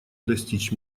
достичь